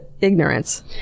ignorance